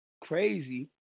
Crazy